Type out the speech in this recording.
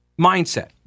mindset